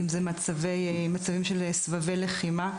אם זה מצבים של סבבי לחימה,